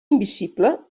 invisible